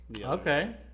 okay